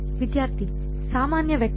ವಿದ್ಯಾರ್ಥಿ ಸಾಮಾನ್ಯ ವೆಕ್ಟರ್